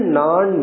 non